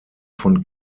von